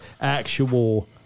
actual